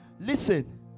Listen